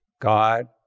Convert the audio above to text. God